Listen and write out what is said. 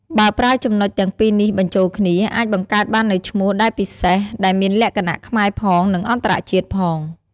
បើប្រើចំណុចទាំងពីរនេះបញ្ចូលគ្នា អាចបង្កើតបាននូវឈ្មោះដែលពិសេស ដែលមានលក្ខណៈខ្មែរផង និង អន្តរជាតិផង។